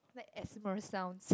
the asthma sounds